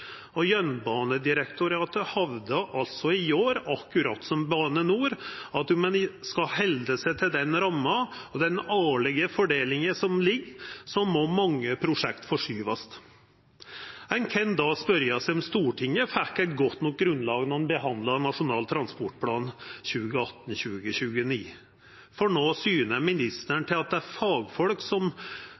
og Jernbanedirektoratet hevda i går, akkurat som Bane NOR, at om ein skal halda seg til den ramma og den årlege fordelinga som ligg, må mange prosjekt forskyvast. Ein kan då spørja seg om Stortinget fekk eit godt nok grunnlag då ein behandla Nasjonal transportplan 2018–2029, for no syner ministeren til at det er fagfolk som